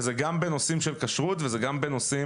וזה גם בנושאים של כשרות וזה גם בנושאים